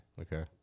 Okay